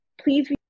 please